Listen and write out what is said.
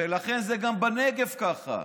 ולכן גם בנגב זה ככה.